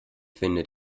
findet